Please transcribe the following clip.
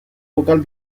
vocal